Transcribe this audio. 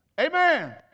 Amen